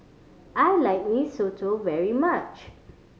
I like Mee Soto very much